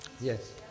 Yes